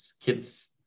kids